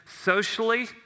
socially